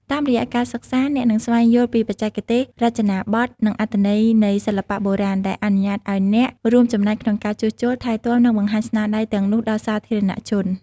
តាមរយៈការសិក្សា អ្នកនឹងស្វែងយល់ពីបច្ចេកទេស រចនាប័ទ្ម និងអត្ថន័យនៃសិល្បៈបុរាណ ដែលអនុញ្ញាតឱ្យអ្នករួមចំណែកក្នុងការជួសជុល ថែទាំ និងបង្ហាញស្នាដៃទាំងនោះដល់សាធារណជន។